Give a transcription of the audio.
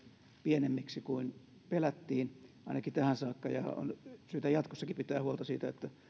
pienemmiksi kuin pelättiin ainakin tähän saakka ja on syytä jatkossakin pitää huolta siitä että